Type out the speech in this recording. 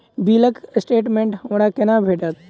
बिलक स्टेटमेंट हमरा केना भेटत?